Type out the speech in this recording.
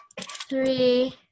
three